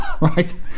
Right